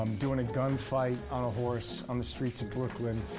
doing a gun fight on a horse on the streets of brooklyn.